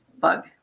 bug